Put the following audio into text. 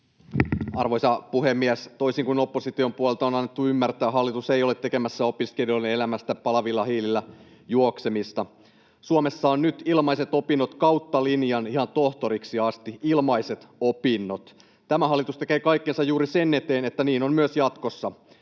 Arvoisa puhemies! Toisin kuin opposition puolelta on annettu ymmärtää, hallitus ei ole tekemässä opiskelijoiden elämästä palavilla hiilillä juoksemista. Suomessa on nyt ilmaiset opinnot kautta linjan ihan tohtoriksi asti — ilmaiset opinnot. Tämä hallitus tekee kaikkensa juuri sen eteen, että niin on myös jatkossa.